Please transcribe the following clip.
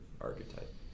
archetype